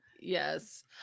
yes